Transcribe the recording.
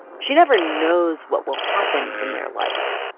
she never knows what will happen in their life.